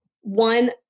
one